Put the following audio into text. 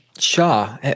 Shah